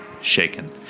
Shaken